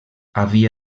havia